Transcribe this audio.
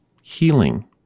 healing